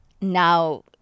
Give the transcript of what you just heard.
now